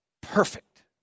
perfect